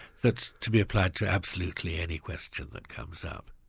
that to be applied to absolutely any question that comes up.